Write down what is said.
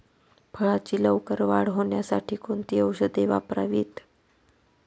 फळाची लवकर वाढ होण्यासाठी कोणती औषधे वापरावीत?